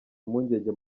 impungenge